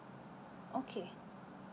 okay